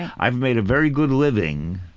i've made a very good living